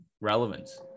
relevance